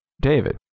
David